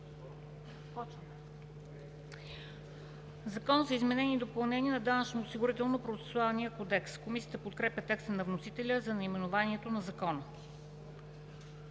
„Закон за изменение и допълнение на Данъчно-осигурителния процесуален кодекс“. Комисията подкрепя текста на вносителя за наименованието на Закона.